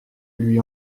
lui